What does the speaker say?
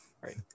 right